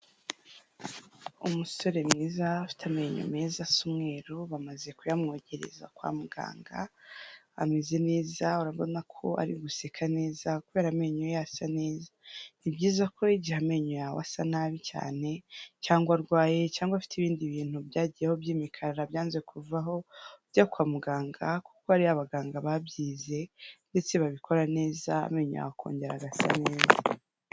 Umusore mwiza ufite amenyo meza asa umweru, namaze kuyamwogereza kwa muganga. Ameza neza urabona ko ari guseka neza kuberako amenyo ye ameza neza. Ni byiza ko igihe amanyo yawe asa nabi cyane cyangwa arwaye cyangwa afite ibindi bintu byagiyeho by' imikara byanze kuvaho ujya kwa muganga ,kuko harimo abaganga babyize kandi babikora neza amenyo yawe akongera agasa neza.